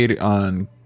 on